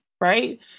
right